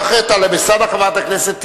ואחרי טלב אלסאנע, חברת הכנסת תירוש,